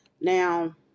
Now